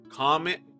comment